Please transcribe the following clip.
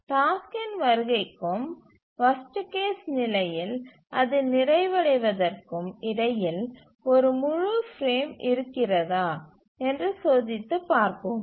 டாஸ்க்கின் வருகைக்கும் worst case நிலையில் அது நிறைவடைவதற்கும் இடையில் ஒரு முழு பிரேம் இருக்கிறதா என்று சோதித்துப் பார்ப்போம்